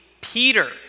Peter